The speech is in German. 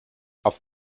auf